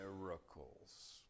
miracles